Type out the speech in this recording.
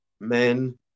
men